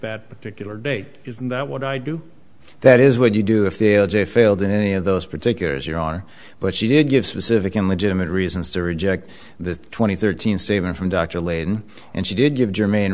that particular date isn't that what i do that is what you do if there is a failed in any of those particular as your are but she did give specific and legitimate reasons to reject the twenty thirteen same from dr laden and she did give germane